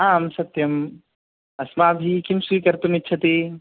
आं सत्यम् अस्माभिः किं स्वीकर्तुमिच्छति